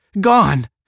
Gone